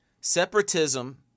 Separatism